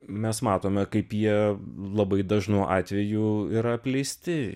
mes matome kaip jie labai dažnu atveju yra apleisti